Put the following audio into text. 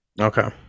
Okay